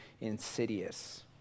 insidious